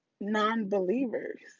non-believers